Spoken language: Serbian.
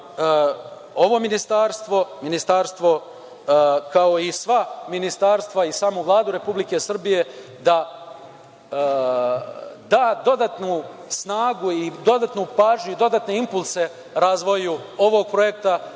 ovo Ministarstvo, kao i sva ministarstva i samu Vladu Republike Srbije da da dodatnu snagu i dodatnu pažnju i dodatni impluse razvoju ovog projekta,